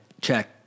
Check